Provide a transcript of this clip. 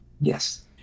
Yes